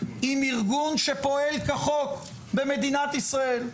עם ארגון שפועל כחוק במדינת ישראל.